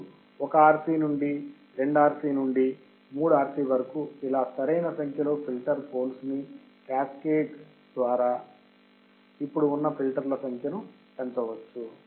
ఇప్పుడు 1 RC నుండి 2 RC నుండి 3 RC వరకు ఇలా సరైన సంఖ్యలో ఫిల్టర్ పోల్స్ ని క్యాస్కేడ్ ద్వారా ఇప్పుడు ఉన్న ఫిల్టర్ల సంఖ్య ను పెంచవచ్చు